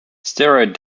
steroid